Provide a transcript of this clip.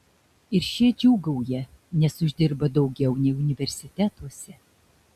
ir šie džiūgauja nes uždirba daugiau nei universitetuose